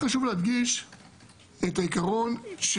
אבל היה חשוב להדגיש את העיקרון של